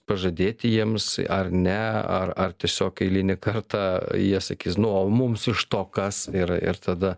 pažadėti jiems ar ne ar ar tiesiog eilinį kartą jie sakys nu o mums iš to kas ir ir tada